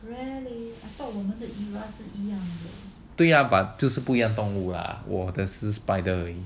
对呀 but 不一样动物啦我的是 spider 而已